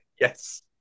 Yes